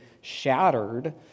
shattered